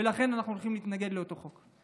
ולכן אנחנו הולכים להתנגד לאותו חוק.